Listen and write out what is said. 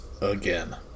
again